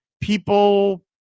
people